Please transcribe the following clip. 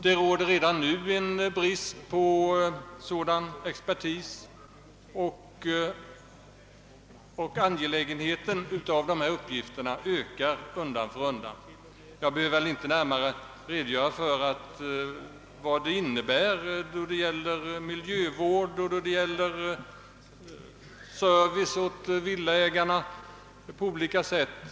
Det råder redan nu brist på sådana experter, medan angelägenheten av uppgifterna ökar undan för undan. Jag behöver inte närmare redogöra för vad detta innebär beträffande miljövård och service åt villaägare på olika sätt.